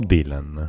Dylan